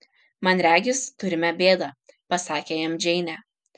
man regis turime bėdą pasakė jam džeinė